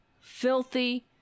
filthy